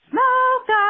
Smoke